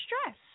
stress